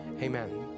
amen